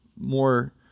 more